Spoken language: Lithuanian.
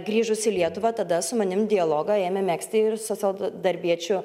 grįžus į lietuvą tada su manim dialogą ėmė megzti ir socialdarbiečių